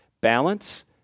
balance